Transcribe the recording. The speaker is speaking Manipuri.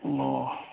ꯑꯣ